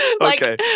okay